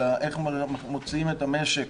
אלא איך מוציאים את המשק